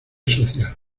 social